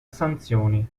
sanzioni